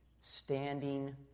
Standing